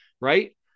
right